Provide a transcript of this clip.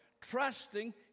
trusting